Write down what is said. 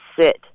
sit